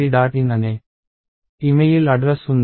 in అనే email address ఉంది